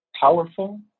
powerful